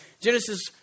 Genesis